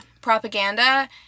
Propaganda